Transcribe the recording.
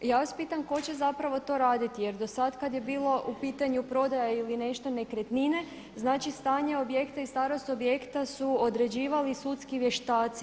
Ja vas pitam tko će zapravo to raditi jer do sad kad je bilo u pitanju prodaja ili nešto nekretnine, znači stanje objekta i starost objekta su određivali sudski vještaci.